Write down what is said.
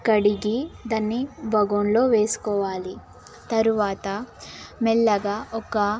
కడిగి దాన్ని బోగోనిలో వేసుకోవాలి తరువాత మెల్లగా ఒక